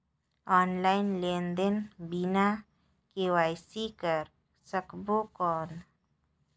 Online लेनदेन बिना KYC कर सकबो कौन??